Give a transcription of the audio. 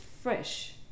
fresh